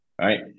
right